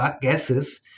gases